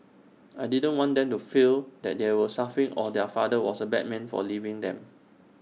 I didn't want them to feel that they were suffering or their father was A bad man for leaving them